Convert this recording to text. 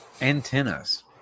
antennas